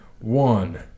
one